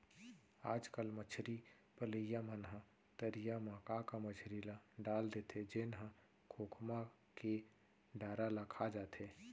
आजकल मछरी पलइया मन ह तरिया म का का मछरी ल डाल देथे जेन ह खोखमा के डारा ल खा जाथे